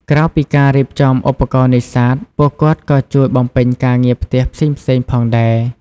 ក្រៅពីការរៀបចំឧបករណ៍នេសាទ ពួកគាត់ក៏ជួយបំពេញការងារផ្ទះផ្សេងៗផងដែរ។